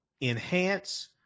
enhance